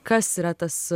kas yra tas